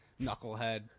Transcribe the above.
knucklehead